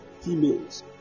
females